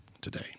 today